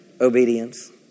Obedience